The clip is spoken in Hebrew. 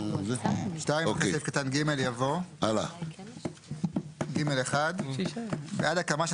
אחרי סעיף קטן (ג) יבוא: "(ג1) בעד הקמה של